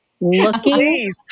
looking